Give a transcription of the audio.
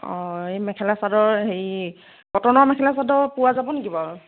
অঁ এই মেখেলা চাদৰ হেৰি কটনৰ মেখেলা চাদৰ পোৱা যাব নেকি বাৰু